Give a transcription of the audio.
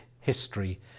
history